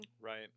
Right